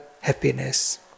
happiness